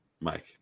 Mike